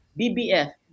BBF